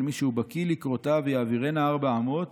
מי שהוא בקי לקרותה ויעבירנה ארבע אמות